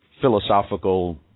philosophical